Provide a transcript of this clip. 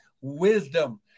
wisdom